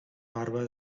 barba